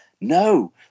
no